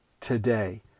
today